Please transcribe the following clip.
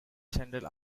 general